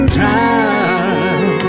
time